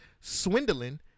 swindling